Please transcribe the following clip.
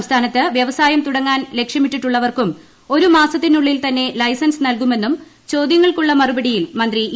സംസ്ഥാനത്ത് വ്യവസായം തുടങ്ങാൻ ലക്ഷ്യമിട്ടിട്ടുള്ളവർക്കും ഒരു മാസത്തിനുള്ളിൽ തന്നെ ലൈസൻസ് നൽകുമെന്നും ചോദ്യങ്ങൾക്കുള്ള മറുപടിയിൽ മന്ത്രി ഇ